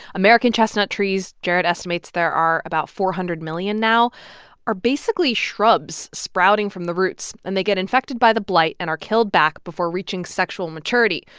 american chestnut trees jared estimates there are about four hundred million now are basically shrubs sprouting from the roots, and they get infected by the blight and are killed back before reaching sexual maturity.